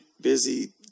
busy